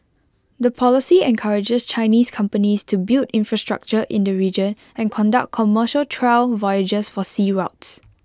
the policy encourages Chinese companies to build infrastructure in the region and conduct commercial trial voyages for sea routes